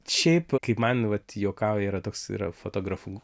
šiaip kaip man vat juokauja yra toks yra fotografų